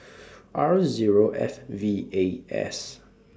R Zero F V A S